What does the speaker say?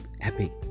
epic